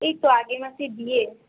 এই তো আগের মাসেই বিয়ে